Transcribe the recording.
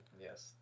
yes